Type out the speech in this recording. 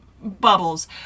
bubbles